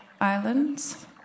islands